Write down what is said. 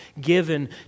given